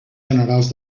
generals